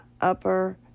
upper